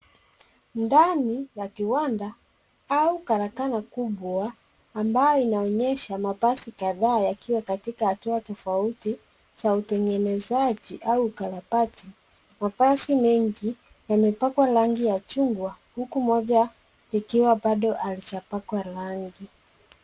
Ndani ya kiwanda au karakana kubwa ambayo inaonyesha mabasi kadhaa yakiwa katika hatua tofauti za utengenezaji au ukarabati. Mabasi mengi yamepakwa rangi ya chungwa huku moja likiwa bado halijapakwa rangi.